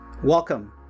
Welcome